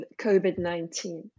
COVID-19